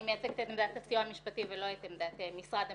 אני מייצגת את עמדת הסיוע המשפטי ולא את עמדת משרד המשפטים,